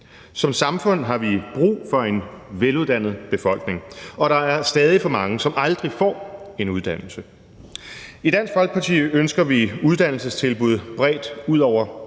Som samfund har vi brug for en veluddannet befolkning, og der er stadig for mange, som aldrig får en uddannelse. I Dansk Folkeparti ønsker vi uddannelsestilbud bredt ud over